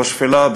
בשפלה,